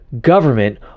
government